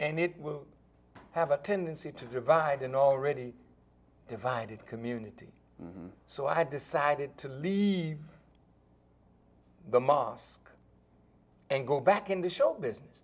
and it will have a tendency to divide an already divided community so i decided to leave the mosque and go back into show business